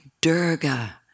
Durga